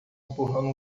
empurrando